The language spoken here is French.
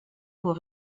pour